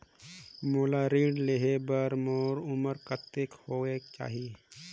मोला ऋण लेहे बार मोर उमर कतेक होवेक चाही?